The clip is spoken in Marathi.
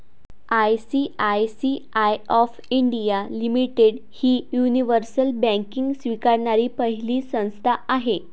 आय.सी.आय.सी.आय ऑफ इंडिया लिमिटेड ही युनिव्हर्सल बँकिंग स्वीकारणारी पहिली संस्था आहे